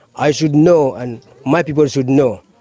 i should know and my people should know,